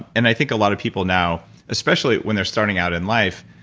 and i think a lot of people now, especially when they're starting out in life.